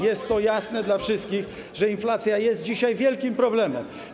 Jest to jasne dla wszystkich, że inflacja jest dzisiaj wielkim problemem.